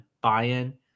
buy-in